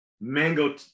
mango